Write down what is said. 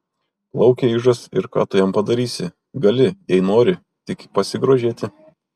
plaukia ižas ir ką tu jam padarysi gali jei nori tik pasigrožėti